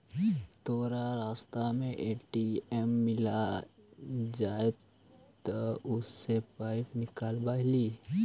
तोरा रास्ता में ए.टी.एम मिलऽ जतउ त उहाँ से पइसा निकलव लिहे